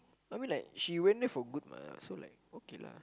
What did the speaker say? I mean like she went there for good what so like okay lah